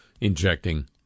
injecting